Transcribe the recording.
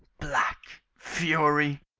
black fury.